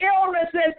illnesses